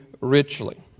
richly